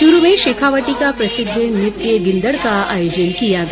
चूरू में शेखावाटी का प्रसिद्ध नृत्य गींदड का आयोजन किया गया